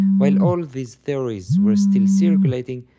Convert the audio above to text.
while all these theories were still circulating,